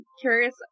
curious